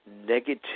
negative